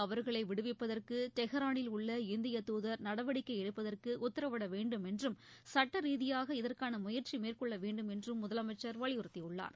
அவர்களை விடுவிப்பதற்கு டெஹ்ரானில் உள்ள இந்திய தூதர் நடவடிக்கை எடுப்பதற்கு உத்தரவிட வேண்டும் என்றும் சுட்ட ரீதியாக இதற்கான முயற்சி மேற்கொள்ள வேண்டும் என்றும் முதலமைச்சர் வலியுறுத்தியுள்ளார்